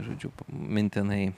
žodžiu mintinai